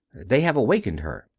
they have awakened her.